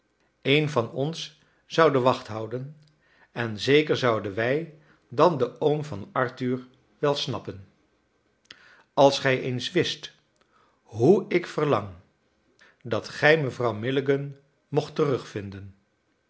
een van ons zou de wacht houden en zeker zouden wij dan den oom van arthur wel snappen als gij eens wist hoe ik verlang dat gij mevrouw milligan mocht terugvinden